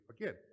Again